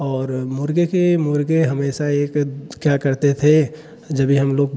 और मुर्गे के मुर्गे हमेशा एक क्या करते थे जब ही हम लोग